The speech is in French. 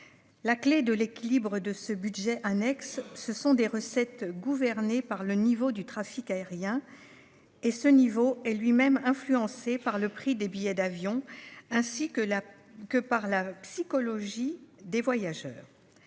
la clé de l'équilibre de ce budget annexe, ce sont des recettes gouvernées par le niveau du trafic aérien, qui dépend lui-même du prix des billets d'avion et de la psychologie des voyageurs.